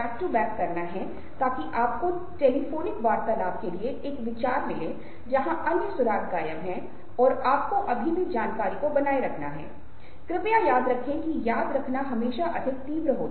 हम कुछ ऐसी चीजों के बारे में भी बात करेंगे जिन्हें कुचल डालने वाली अभिव्यक्तियों के रूप में जाना जाता है जो अभिव्यक्ति प्रकट होने से पहले ही दबा दी जाती हैं